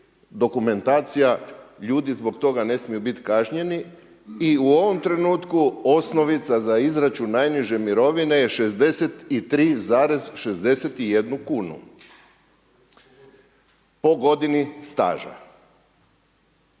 dokumentacija, ljudi zbog toga ne smiju bit kažnjeni i u ovom trenutku osnovica za izračun najniže mirovine je 63,61 kunu po godini staža.